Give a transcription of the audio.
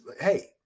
hey